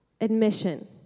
admission